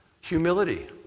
Humility